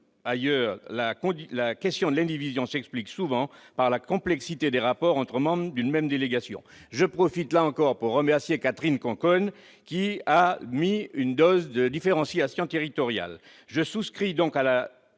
ailleurs, la question de l'indivision s'explique souvent par la complexité des rapports entre membres d'une même famille. J'en profite pour remercier Catherine Conconne, qui a accepté une dose de différenciation territoriale. Je souscris par